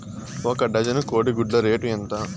ఒక డజను కోడి గుడ్ల రేటు ఎంత?